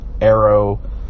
Arrow